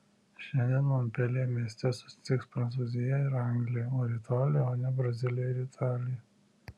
šiandien monpeljė mieste susitiks prancūzija ir anglija o rytoj lione brazilija ir italija